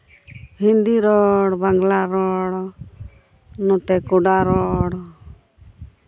ᱦᱤᱱᱫᱤ ᱨᱚᱲ ᱵᱟᱝᱞᱟ ᱨᱚᱲ ᱱᱚᱛᱮ ᱠᱚᱰᱟ ᱨᱚᱲ